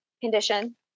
condition